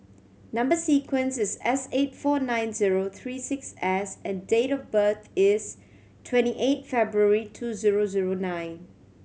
number sequence is S eight four nine zero three six S and date of birth is twenty eight February two zero zero nine